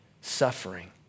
suffering